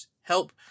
help